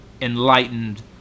enlightened